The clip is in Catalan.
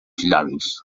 llavis